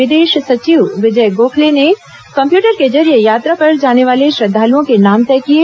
विदेश सचिव विजय गोखले ने कम्प्यूटर के जरिए यात्रा पर जाने वाले श्रद्वालुओं के नाम तय किए